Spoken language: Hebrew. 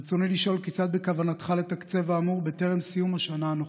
ברצוני לשאול: כיצד בכוונתך לתקצב את האמור בטרם סיום השנה הנוכחית?